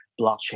blockchain